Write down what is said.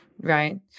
Right